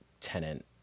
tenant